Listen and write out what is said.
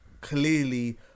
clearly